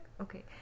Okay